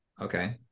Okay